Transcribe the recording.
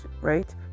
right